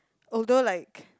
although like